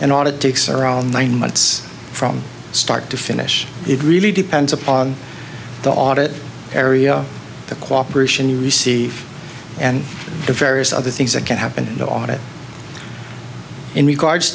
audit takes around nine months from start to finish it really depends upon the audit area the cooperation you receive and the various other things that can happen in the audit in regards